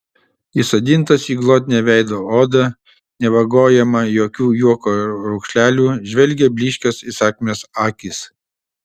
įsodintos į glotnią veido odą nevagojamą jokių juoko raukšlelių žvelgė blyškios įsakmios akys